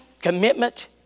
commitment